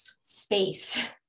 space